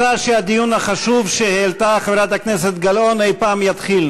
את ממש לא רוצה שהדיון החשוב שהעלתה חברת הכנסת גלאון אי-פעם יתחיל,